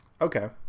Okay